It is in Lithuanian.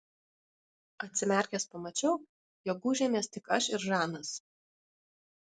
atsimerkęs pamačiau jog gūžėmės tik aš ir žanas